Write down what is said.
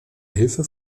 hilfe